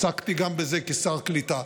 עסקתי בזה גם כשר קליטה,